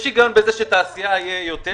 יש היגיון בזה שבתעשייה יהיה יותר.